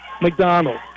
McDonald